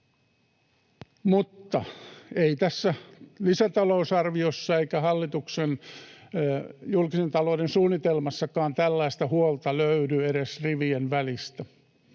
Mutta ei tässä lisätalousarviossa eikä hallituksen julkisen talouden suunnitelmassakaan tällaista huolta löydy edes rivien välistä,